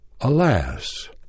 Alas